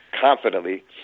confidently